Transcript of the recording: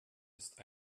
ist